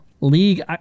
League